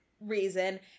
reason